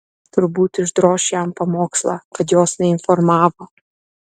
turbūt išdroš jam pamokslą kad jos neinformavo